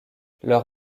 leur